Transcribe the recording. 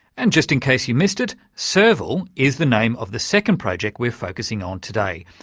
and just in case you missed it, serval is the name of the second project we're focussing on today,